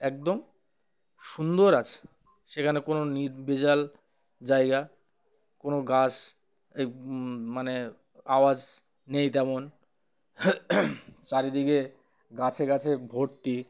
একদম সুন্দর আছে সেখানে কোনো নির্ভেজাল জায়গা কোনো গাছ মানে আওয়াজ নেই তেমন চারিদিকে গাছে গাছে ভর্তি